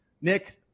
Nick